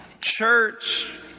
Church